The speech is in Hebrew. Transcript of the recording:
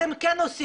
אתם כן עושים,